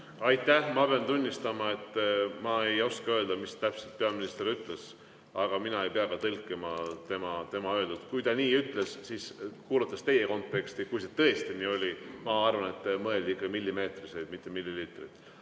Aitäh! Ma pean tunnistama, et ma ei oska öelda, mida täpselt peaminister ütles. Aga mina ei pea ka tõlkima tema öeldut. Kui ta nii ütles, siis [arvestades] konteksti, aga kui see tõesti nii oli, siis ma arvan, et mõeldi ikka millimeetriseid, mitte milliliitriseid.